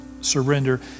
surrender